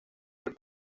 del